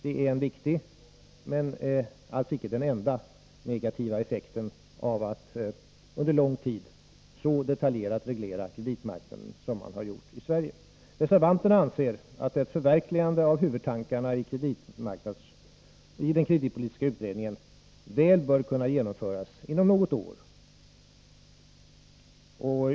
Det är en viktig negativ effekt — men alls icke den enda — av att under lång tid så detaljerat reglera kreditmarknaden som man har gjort i Sverige. Reservanterna anser att ett förverkligande av huvudtankarna i kreditpolitiska utredningen väl bör kunna genomföras inom något år.